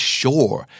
sure